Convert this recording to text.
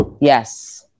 Yes